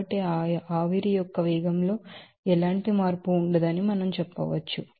కాబట్టి ఆ ఆవిరి యొక్క వేగంలో ఎలాంటి మార్పు ఉండదని మనం చెప్పవచ్చు